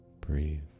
Breathe